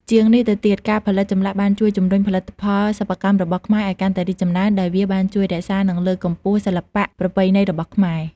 ជាងនេះទៅទៀត ការផលិតចម្លាក់បានជួយជំរុញផលិតផលសិប្បកម្មរបស់ខ្មែរឲ្យកាន់តែរីកចម្រើន ដោយវាបានជួយរក្សា និងលើកកម្ពស់សិល្បៈប្រពៃណីរបស់ខ្មែរ។